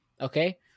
Okay